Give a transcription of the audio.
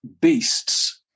beasts